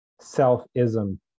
self-ism